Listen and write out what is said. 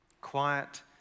quiet